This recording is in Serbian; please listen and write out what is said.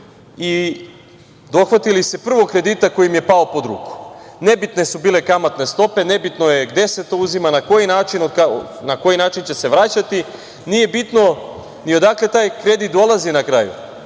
i dohvatili se prvog kredita koji im je pao pod ruku. Nebitne su bile kamatne stope, nebitno je gde se to uzima, na koji način, na koji način će se vraćati, nije bitno ni odakle taj kredit dolazi na kraju.